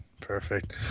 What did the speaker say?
Perfect